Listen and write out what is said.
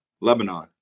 Lebanon